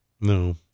No